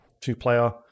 Two-player